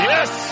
Yes